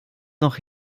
noch